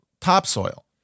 topsoil